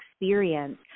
experience